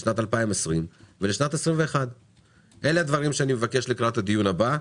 לשנת 2020 ולשנת 2021. אלה הדברים שאני מבקש לקראת הדיון הבא.